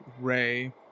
Ray